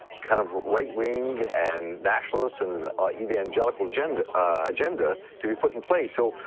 kind of right-wing and nationalist and evangelical agenda ah agenda to be put in place. so,